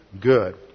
good